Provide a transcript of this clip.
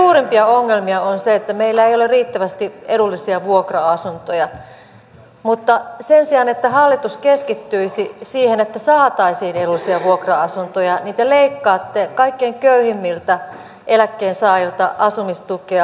nyt meidän suurimpia ongelmiamme on se että meillä ei ole riittävästi edullisia vuokra asuntoja mutta sen sijaan että hallitus keskittyisi siihen että saataisiin edullisia vuokra asuntoja te leikkaatte kaikkein köyhimmiltä eläkkeensaajilta asumistukea